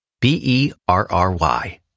B-E-R-R-Y